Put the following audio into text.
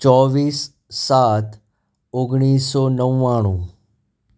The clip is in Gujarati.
ચોવીસ સાત ઓગણીસો નવ્વાણું